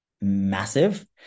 massive